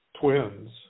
Twins